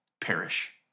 perish